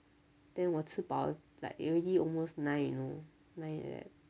then 我吃饱 like already almost nine you know nine like that